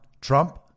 Trump